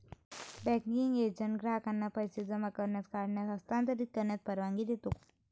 banking agent ग्राहकांना पैसे जमा करण्यास, काढण्यास, हस्तांतरित करण्यास परवानगी देतो